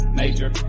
major